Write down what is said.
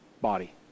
body